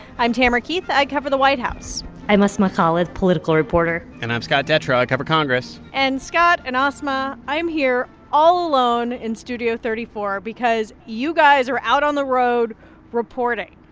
i'm tamara keith. i cover the white house i'm asma khalid, political reporter and i'm scott detrow. i cover congress and scott and asma, i'm here all alone in studio thirty four because you guys are out on the road reporting.